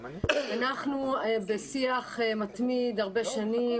אנחנו בשיח מתמיד הרבה שנים,